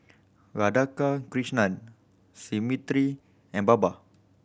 Radhakrishnan Smriti and Baba